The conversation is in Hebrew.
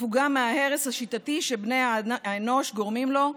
הפוגה מההרס השיטתי שבני האנוש גורמים לו,